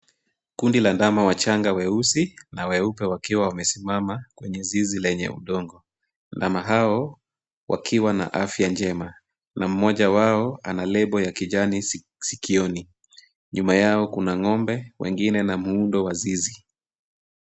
Kundi la ndama wachanga weusi na weupe wakiwa wamesimama kwenye zizi lenye udongo. Ndama hao wakiwa na afya njema na mmoja wao ana lebo ya kijani sikioni. Nyuma yao kuna ng'ombe wengine na muundo wa zizi.